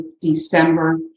December